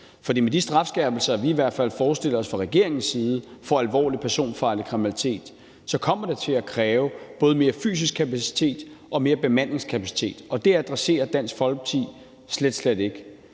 For med de strafskærpelser, vi i hvert fald forestiller os fra regeringens side, for alvorlig personfarlig kriminalitet kommer det til at kræve både mere fysisk kapacitet og mere bemandingskapacitet, og det adresserer Dansk Folkeparti slet, slet